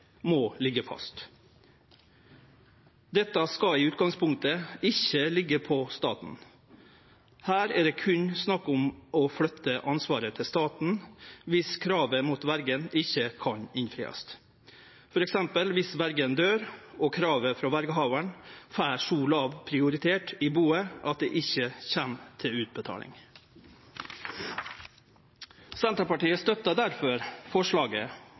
må liggje fast. Dette skal i utgangspunktet ikkje liggje til staten. Her er det berre snakk om å flytte ansvaret til staten dersom kravet mot verjen ikkje kan innfriast, f.eks. dersom verjen døyr og kravet frå verjehavaren får så låg prioritet i buet at det ikkje kjem til utbetaling. Senterpartiet støttar difor forslaget